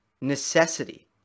Necessity